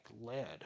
lead